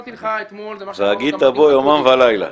והגית בו יומם ולילה.